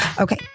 okay